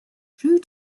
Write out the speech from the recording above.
true